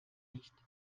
nicht